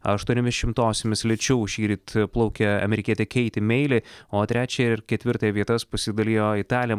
aštuoniomis šimtosiomis lėčiau šįryt plaukė amerikietė keiti meili o trečiąją ir ketvirtąją vietas pasidalijo italė